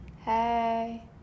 Hey